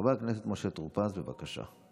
חבר הכנסת משה טור פז, בבקשה.